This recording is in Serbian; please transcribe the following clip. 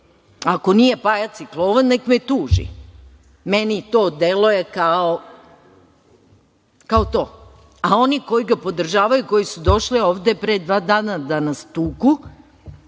Ako nije pajac i klovn, nek me tuži. Meni to deluje kao to.A, oni koji ga podržavaju i koji su došli ovde pre dva dana da nas tuku,